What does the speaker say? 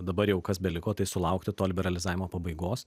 dabar jau kas beliko tai sulaukti to liberalizavimo pabaigos